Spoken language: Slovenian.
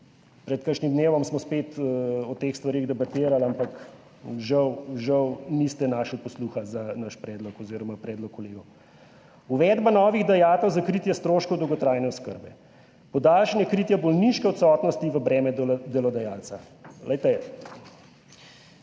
Pred kakšnim dnevom smo spet o teh stvareh debatirali ampak žal, žal niste našli posluha za naš predlog oziroma predlog kolegov, uvedba novih dajatev za kritje stroškov dolgotrajne oskrbe, podaljšanje kritja bolniške odsotnosti v breme delodajalca. Glejte,